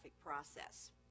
process